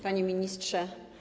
Panie Ministrze!